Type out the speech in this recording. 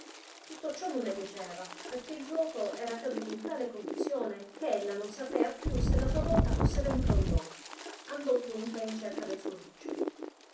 tutto ciò non le piaceva perchè il giuoco era caduto in tale confusione che ella non sapea più se la sua volta fosse venuta o no andò dunque in cerca del suo riccio